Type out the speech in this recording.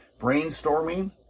brainstorming